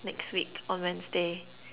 next week on Wednesday